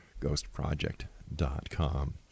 ghostproject.com